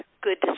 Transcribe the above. good